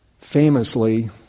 famously